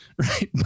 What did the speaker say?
Right